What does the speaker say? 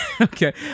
Okay